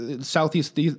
Southeast